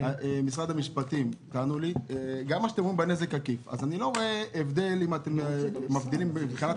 אני לא רואה הבדל אם אתם מבחינים מבחינת